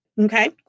Okay